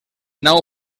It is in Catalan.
nau